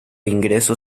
ingreso